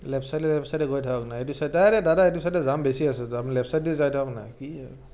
left চাইডে left চাইডে গৈ থাকক না এইটো চাইড আইৰে দাদা এইটো চাইডে জাম বেছি আছে আপুনি লেফ চাইডে যায় থাকক না কি আৰু